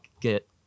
get